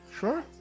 Sure